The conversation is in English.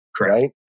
right